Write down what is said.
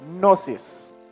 gnosis